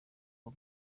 k’u